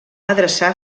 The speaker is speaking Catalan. adreçar